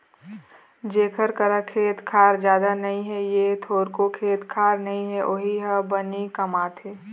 जेखर करा खेत खार जादा नइ हे य थोरको खेत खार नइ हे वोही ह बनी कमाथे